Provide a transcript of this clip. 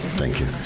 thank you.